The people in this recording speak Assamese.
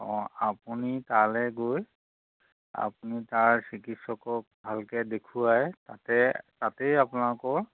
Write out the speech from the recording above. অঁ আপুনি তালে গৈ আপুনি তাৰ চিকিৎসকক ভালকে দেখুৱাই তাতে তাতেই আপোনালোকৰ